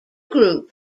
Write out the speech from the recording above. group